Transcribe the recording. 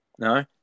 No